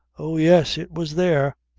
oh yes! it was there.